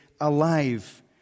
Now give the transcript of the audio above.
alive